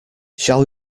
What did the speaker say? shall